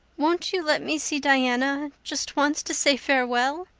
won't you let me see diana just once to say farewell?